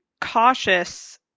cautious